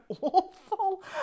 awful